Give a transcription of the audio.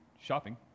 shopping